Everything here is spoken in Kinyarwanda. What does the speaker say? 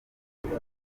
numva